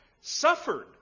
suffered